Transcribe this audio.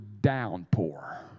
downpour